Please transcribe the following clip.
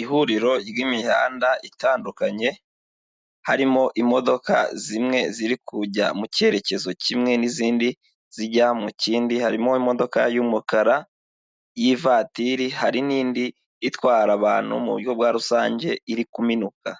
Ihuriro ry'imihanda itandukanye harimo imodoka zimwe ziri kujya mu cyerekezo kimwe n'izindi zijya mu kindi, harimo imodoka y'umukara y'ivatiri, hari n'indi itwara abantu mu buryo bwa rusange iri kuminuka,